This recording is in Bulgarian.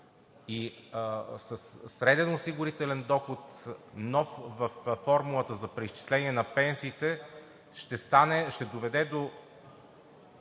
среден осигурителен доход във формулата за преизчисление на пенсиите ще доведе до